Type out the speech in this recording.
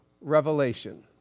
revelation